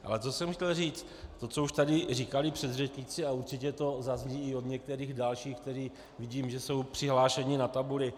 Ale co jsem chtěl říct, co už tady říkali předřečníci, a určitě to zazní i od některých dalších, kteří, vidím, že jsou přihlášeni na tabuli.